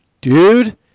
dude